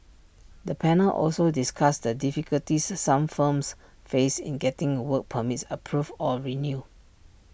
the panel also discussed the difficulties some firms faced in getting work permits approved or renewed